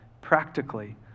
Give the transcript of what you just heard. practically